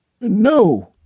No